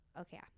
Okay